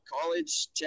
college